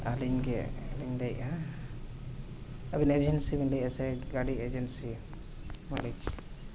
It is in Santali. ᱟᱹᱞᱤᱧ ᱜᱮ ᱟᱹᱞᱤᱧ ᱞᱟᱹᱭᱮᱫᱼᱟ ᱟᱹᱵᱤᱱᱟᱜ ᱥᱮ ᱜᱟᱹᱰᱤ ᱮᱡᱮᱹᱱᱥᱤ ᱢᱟᱹᱞᱤᱠ